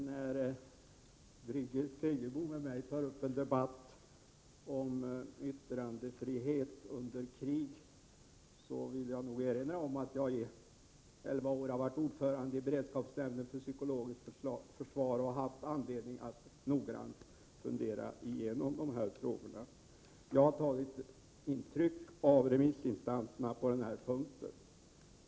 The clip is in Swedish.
Herr talman! Jag vill erinra Birgit Friggebo, som tar upp en debatt med mig om yttrandefrihet under krig, att jag under elva år har varit ordförande för beredskapsnämnden för psykologiskt försvar och har haft anledning att noggrant fundera igenom de här frågorna. Jag har tagit intryck av remissinstanserna på den här punkten.